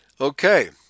Okay